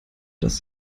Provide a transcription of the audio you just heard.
dass